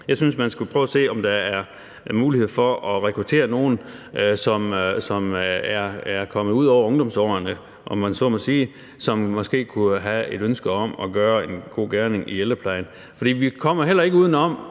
jeg synes, man skulle prøve at se, om der er mulighed for at rekruttere nogle, som er kommet ud over ungdomsårene – om man så må sige – og som måske kunne have et ønske om at gøre en god gerning i ældreplejen. For vi kommer jo heller ikke uden om,